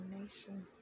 nation